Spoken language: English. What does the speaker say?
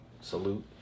Salute